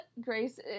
Grace